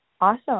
Awesome